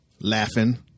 laughing